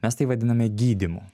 mes tai vadiname gydymu